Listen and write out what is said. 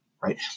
Right